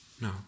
no